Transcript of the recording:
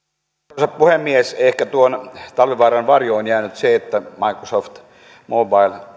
arvoisa puhemies ehkä tuon talvivaaran varjoon on jäänyt se että microsoft mobile